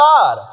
God